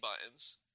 buttons